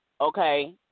okay